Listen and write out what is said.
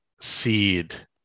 seed